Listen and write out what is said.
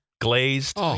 glazed